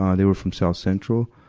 um they were from south central.